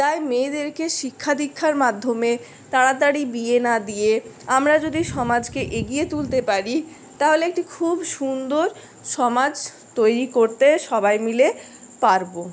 তাই মেয়েদেরকে শিক্ষা দীক্ষার মাধ্যমে তাড়াতাড়ি বিয়ে না দিয়ে আমরা যদি সমাজকে এগিয়ে তুলতে পারি তাহলে একটি খুব সুন্দর সমাজ তৈরি করতে সবাই মিলে পারবো